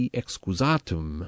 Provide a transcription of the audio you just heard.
excusatum